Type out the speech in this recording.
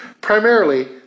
Primarily